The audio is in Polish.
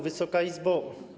Wysoka Izbo!